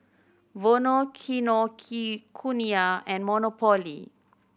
Vono Kinokuniya and Monopoly